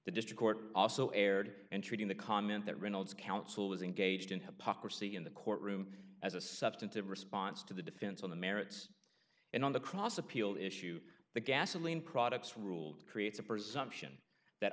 the district court also erred in treating the comment that reynolds counsel was engaged in hypocrisy in the courtroom as a substantive response to the defense on the merits and on the cross appeal issue the gasoline products ruled creates a presumption that